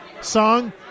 song